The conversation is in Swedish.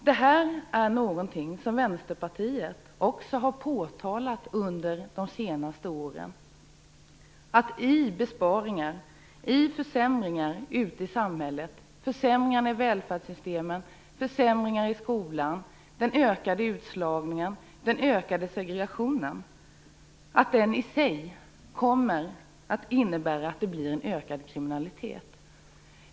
Detta är något som också Vänsterpartiet har påtalat under de senaste åren. Besparingar och försämringar i samhället, försämringar i välfärdssystemen, försämringar i skolan, den ökade utslagningen och den ökade segregationen - detta kommer att innebära en ökad kriminalitet.